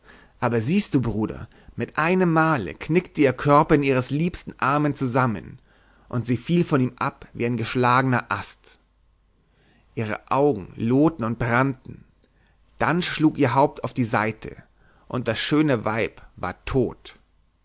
aber siehst du bruder mit einem male knickte ihr körper in ihres liebsten armen zusammen und sie fiel von ihm ab wie ein geschlagener ast ihre augen lohten und brannten dann schlug ihr haupt auf die seite und das schöne weib war tot